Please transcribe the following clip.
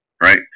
Right